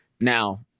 now